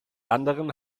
anderen